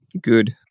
good